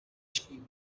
sheep